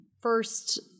first-